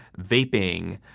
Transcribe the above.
vaping,